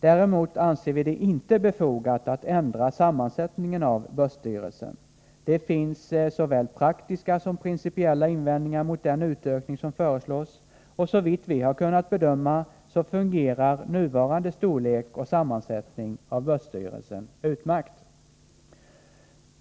Däremot anser vi det inte befogat att ändra sammansättningen av börsstyrelsen. Det finns såväl praktiska som principiella invändningar mot den utökning som föreslås, och såvitt vi har kunnat bedöma fungerar nuvarande storlek och sammansättning av börsstyrelsen utmärkt.